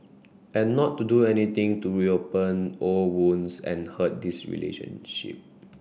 and not to do anything to reopen old wounds and hurt this relationship